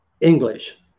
English